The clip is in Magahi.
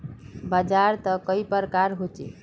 बाजार त कई प्रकार होचे?